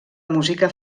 música